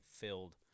filled